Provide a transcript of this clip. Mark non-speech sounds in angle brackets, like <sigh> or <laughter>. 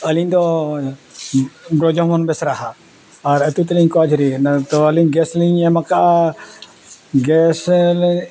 ᱟᱹᱞᱤᱧ ᱫᱚ ᱜᱨᱚᱡᱚᱢᱚᱱ ᱵᱮᱥᱨᱟ ᱦᱟᱸᱜ ᱟᱨ ᱟᱛᱳ ᱛᱟᱞᱤᱧ ᱠᱚᱸᱣ ᱡᱷᱚᱨᱤ ᱨᱮ ᱛᱚ ᱟᱹᱞᱤᱧ ᱜᱮᱥ ᱞᱤᱧ ᱮᱢ ᱟᱠᱟᱫᱟ ᱜᱮᱥ <unintelligible>